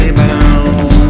bound